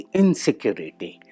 insecurity